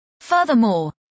Furthermore